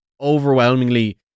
overwhelmingly